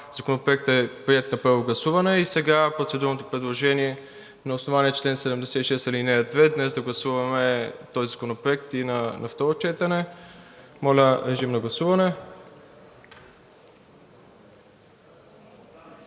Законопроектът е приет на първо гласуване. И сега процедурното предложение на основание чл. 76, ал. 2 днес да гласуваме този законопроект и на второ четене. Моля, режим на гласуване.